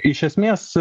iš esmės